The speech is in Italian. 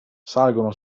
salgono